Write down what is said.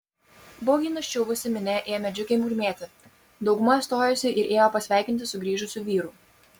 baugiai nuščiuvusi minia ėmė džiugiai murmėti dauguma stojosi ir ėjo pasveikinti sugrįžusių vyrų